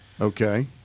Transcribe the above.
Okay